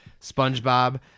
SpongeBob